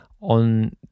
on